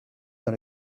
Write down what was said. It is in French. dans